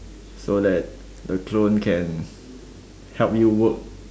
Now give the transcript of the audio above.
so that the clone can help you work